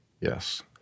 Yes